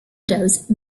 dose